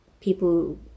people